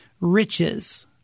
riches